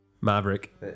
Maverick